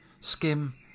skim